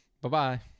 Bye-bye